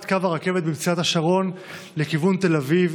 קו הרכבת במסילת השרון לכיוון תל אביב,